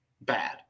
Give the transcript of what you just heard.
bad